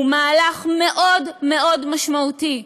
הוא מהלך מאוד מאוד משמעותי,